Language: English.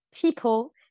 People